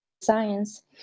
science